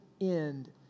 end